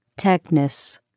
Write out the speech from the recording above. techness